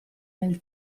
nel